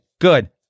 Good